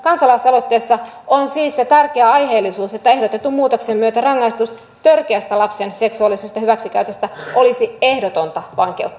tässä kansalaisaloitteessa on siis se tärkeä aiheellisuus että ehdotetun muutoksen myötä rangaistus törkeästä lapsen seksuaalisesta hyväksikäytöstä olisi ehdotonta vankeutta